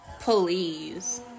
Please